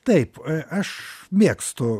taip aš mėgstu